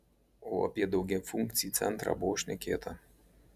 o apie daugiafunkcį centrą buvo šnekėta